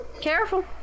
Careful